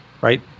right